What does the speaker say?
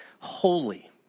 holy